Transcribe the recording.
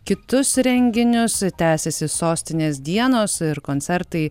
kitus renginius tęsiasi sostinės dienos ir koncertai